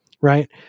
right